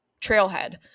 trailhead